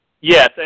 Yes